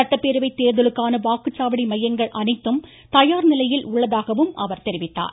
சட்டப்பேரவை தேர்தலுக்கான வாக்குச்சாவடி மையங்கள் அனைத்தும் தயார் நிலையில் உள்ளதாகவும் அவர் தெரிவித்தார்